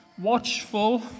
watchful